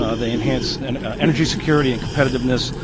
ah they enhance and energy security and competitiveness,